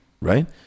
right